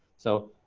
so,